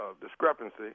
discrepancy